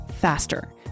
faster